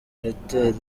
reuters